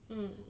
mm mm